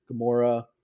gamora